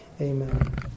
Amen